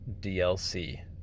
DLC